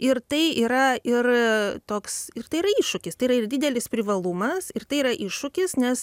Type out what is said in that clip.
ir tai yra ir toks ir tai yra iššūkis tai yra ir didelis privalumas ir tai yra iššūkis nes